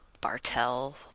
Bartell